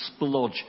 splodge